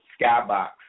skybox